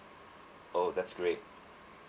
oh that's great